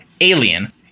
alien